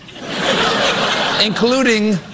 including